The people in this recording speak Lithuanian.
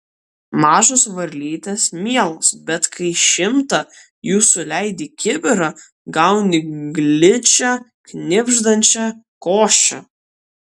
mažos varlytės mielos bet kai šimtą jų suleidi į kibirą gauni gličią knibždančią košę